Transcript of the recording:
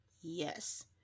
Yes